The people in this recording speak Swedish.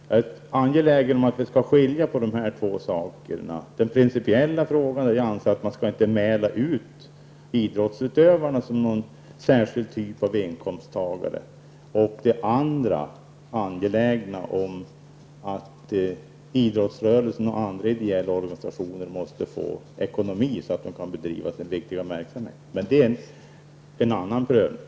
Jag tycker att det är viktigt att skilja mellan de här två sakerna: för det första den principiella inställningen att man inte skall mäla ut idrottsutövarna som någon särskild typ av inkomsttagare och för det andra att det är angeläget att idrottsrörelsen och andra ideella organisationer har sådan ekonomi att de kan bedriva sin viktiga verksamhet, vilket är något som får bli föremål för en annan prövning.